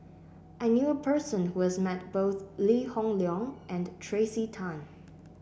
I knew a person who has met both Lee Hoon Leong and Tracey Tan